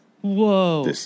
whoa